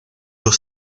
los